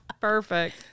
Perfect